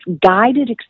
guided